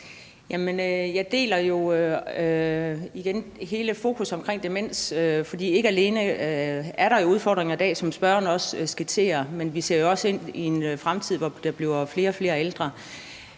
Jeg deler jo hele fokusset omkring demens, for ikke alene er der udfordringer i dag, som spørgeren også skitserer, men vi ser også ind i en fremtid, hvor der bliver flere og flere ældre.